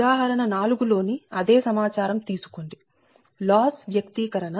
ఉదాహరణ 4 లోని అదే సమాచారం తీసుకోండి లాస్ వ్యక్తీకరణ PLoss0